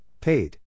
Paid